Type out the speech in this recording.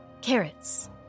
Carrots